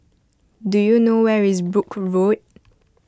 do you know where is Brooke Road